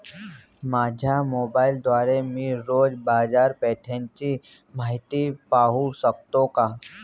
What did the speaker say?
माझ्या मोबाइलद्वारे मी रोज बाजारपेठेची माहिती पाहू शकतो का?